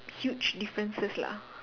huge differences lah